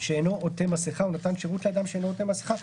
שאינו עוטה מסכה או נתן שירות לאדם שאינו עוטה מסכה,